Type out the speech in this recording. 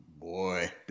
boy